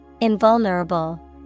Invulnerable